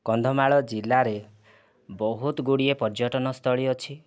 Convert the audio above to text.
କନ୍ଧମାଳ ଜିଲ୍ଲାରେ ବହୁତ ଗୁଡ଼ିଏ ପର୍ଯ୍ୟଟନ ସ୍ଥଳୀ ଅଛି